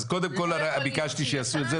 אז אני ביקשתי שיעשו את זה,